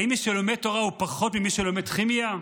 האם מי שלומד תורה הוא פחות ממי שלומד כימיה?